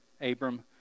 Abram